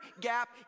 gap